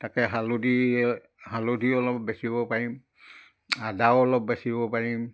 তাকে হালধি হালধি অলপ বেচিব পাৰিম আদাও অলপ বেচিব পাৰিম